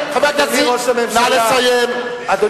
אדוני ראש הממשלה,